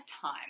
time